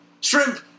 shrimp